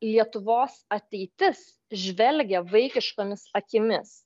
lietuvos ateitis žvelgia vaikiškomis akimis